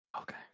Okay